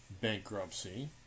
bankruptcy